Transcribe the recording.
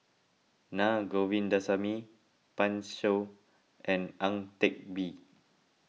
Na Govindasamy Pan Shou and Ang Teck Bee